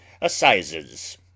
assizes